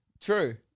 true